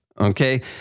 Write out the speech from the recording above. okay